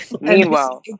Meanwhile